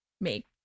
make